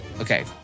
okay